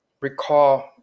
recall